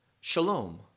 Shalom